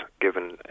given